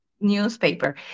newspaper